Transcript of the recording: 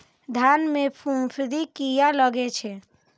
धान में फूफुंदी किया लगे छे?